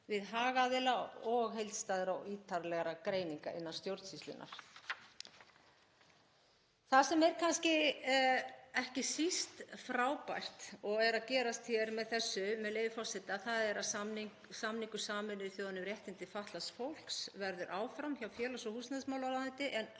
við hagaðila og heildstæðra og ítarlegra greininga innan stjórnsýslunnar. Það sem er kannski ekki síst frábært og er að gerast hér, með leyfi forseta, er þetta: „Samningur Sameinuðu þjóðanna um réttindi fatlaðs fólks verður áfram hjá félags- og húsnæðismálaráðuneyti